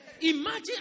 Imagine